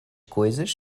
coisas